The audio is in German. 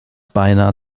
beinahe